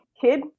kid